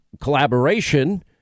collaboration